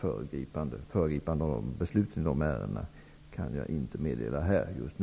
kan inte här och just nu föregripa besluten i dessa ärenden.